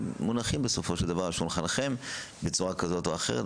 מונחים בסופו של דבר על שולחנכם בצורה כזאת או אחרת,